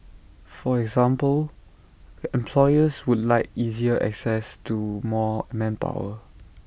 for example employers would like easier access to more manpower